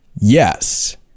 Yes